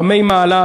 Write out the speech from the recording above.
רמי מעלה,